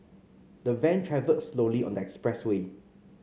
the van travelled slowly on the expressway